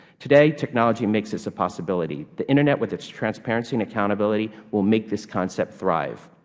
today technology makes this a possibility. the internet with its transparency and accountability will make this concept thrive.